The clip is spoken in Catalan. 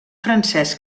francès